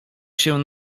się